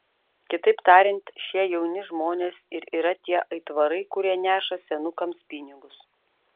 kitaip tariant šie jauni žmonės ir yra tie aitvarai kurie neša senukams pinigus